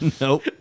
Nope